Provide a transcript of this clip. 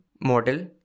model